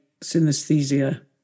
synesthesia